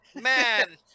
Man